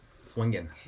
swinging